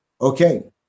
Okay